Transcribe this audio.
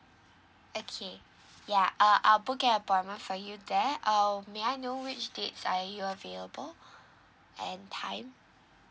okay ya uh I'll book an appointment for you there uh may I know which dates are you available and time